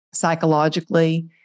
psychologically